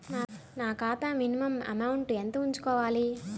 నా ఖాతా minimum amount ఎంత ఉంచుకోవాలి?